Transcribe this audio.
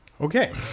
okay